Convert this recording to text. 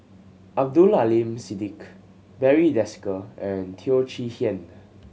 Abdul Aleem Siddique Barry Desker and Teo Chee Hean